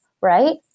right